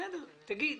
בסדר, תגיד.